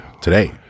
today